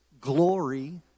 glory